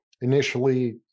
initially